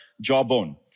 jawbone